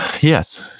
Yes